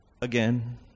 again